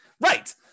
Right